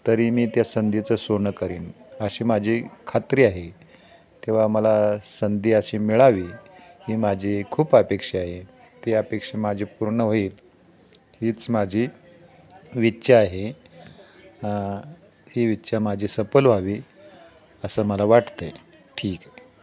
तरी मी त्या संधीचं सोनं करीन अशी माझी खात्री आहे तेव्हा मला संधी अशी मिळावी ही माझी खूप अपेक्षा आहे ती अपेक्षा माझी पूर्ण होईल हीच माझी इच्छा आहे ही इच्छा माझी सफल व्हावी असं मला वाटतं आहे ठीक आहे